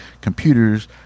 computers